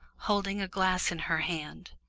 holding a glass in her hand.